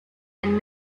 and